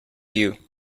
you